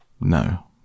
No